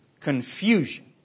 Confusion